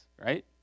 right